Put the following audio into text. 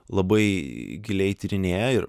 labai giliai tyrinėja ir